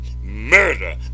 murder